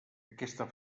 aquesta